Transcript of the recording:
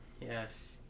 Yes